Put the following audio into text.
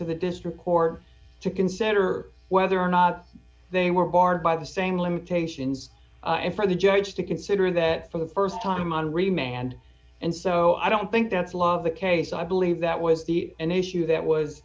to the district court to consider whether or not they were barred by the same limitations and for the judge to consider that for the st time on remain and and so i don't think that's a lot of the case i believe that was an issue that was